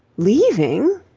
leaving?